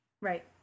Right